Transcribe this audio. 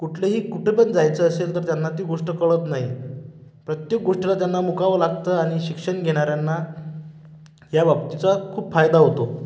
कुठलंही कुठंपण जायचं असेल तर त्यांना ती गोष्ट कळत नाही प्रत्येक गोष्टीला त्यांना मुकावं लागतं आणि शिक्षण घेणाऱ्यांना या बाबतीचा खूप फायदा होतो